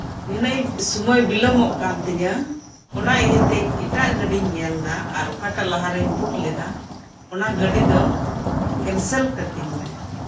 ᱱᱤᱱᱟᱹᱜ ᱥᱳᱢᱳᱭ ᱵᱤᱞᱟᱹᱢᱚᱜ ᱠᱟᱱᱛᱤᱧᱟᱹ ᱚᱱᱟ ᱤᱭᱟᱹᱛᱮ ᱮᱴᱟᱜ ᱜᱟᱹᱰᱤᱧ ᱧᱮᱞ ᱮᱫᱟ ᱟᱨ ᱚᱠᱟᱴᱟᱜ ᱞᱟᱦᱟᱨᱮᱧ ᱵᱩᱠᱞᱮᱫᱟ ᱚᱱᱟ ᱜᱟᱹᱰᱤᱫᱚ ᱠᱮᱱᱥᱮᱞ ᱠᱟᱹᱛᱤᱧ ᱢᱮ